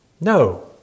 No